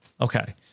okay